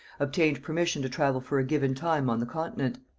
obtained permission to travel for a given time on the continent.